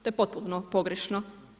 To je potpuno pogrešno.